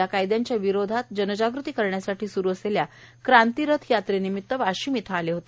या कायद्याच्या विरोधात जनजागृती करण्यासाठी सुरू असलेल्या क्रांती रथ यात्रे निमित्त वाशिम इथं आले होते